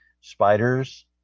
spiders